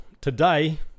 Today